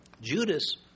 Judas